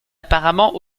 apparemment